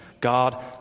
God